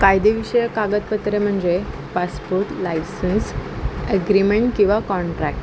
कायदेविषयक कागदपत्रे म्हणजे पासपोर्ट लायसन्स ॲग्रिमेंट किंवा कॉन्ट्रॅक्ट